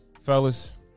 fellas